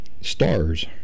Stars